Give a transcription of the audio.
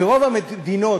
ברוב המדינות,